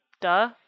Duh